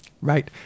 Right